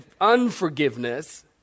unforgiveness